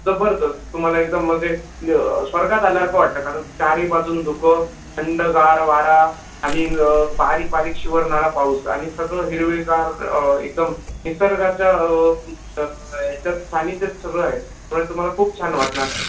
जबरदस्त तुम्हाला एकदम म्हणजे स्वर्गात आल्यासारखं वाटतं कारण चारी बाजूने धुकं थंडगार वारा आणि बारीक बारीक शिवरणारा पाऊस आणि सगळं हिरवेगार एकदम निसर्गाच्या याच्यात सान्निध्यात सगळं आहेत तुम्हाला खूप छान वाटणार